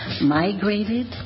migrated